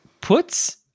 puts